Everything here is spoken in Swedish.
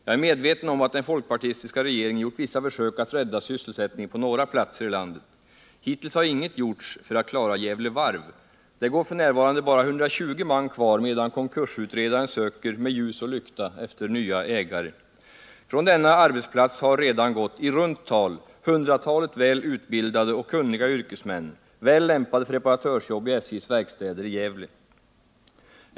Jag är medveten om att den folkpartistiska regeringen gjort vissa försök att rädda sysselsättningen på några platser i landet. Hittills har inget gjorts för att klara Gävle Varv. Där går f. n. bara 120 man kvar, medan konkursutredaren söker med ljus och lykta efter nya ägare. Från denna arbetsplats har det redan gått ett hundratal väl utbildade och kunniga yrkesmän, väl lämpade för reparatörsjobb i SJ:s verkstäder i Gävle.